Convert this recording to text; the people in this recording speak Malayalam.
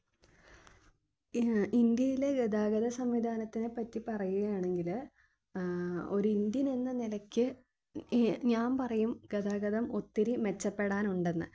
ഇൻ ഇന്ത്യയിലെ ഗതാഗത സംവിധാനത്തിനെപ്പറ്റി പറയുകയാണെങ്കിൽ ഒരു ഇന്ത്യൻ എന്ന നിലയ്ക്ക് ഞാൻ പറയും ഗതാഗതം ഒത്തിരി മെച്ചപ്പെടാനുണ്ടെന്ന്